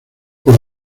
por